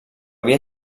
havia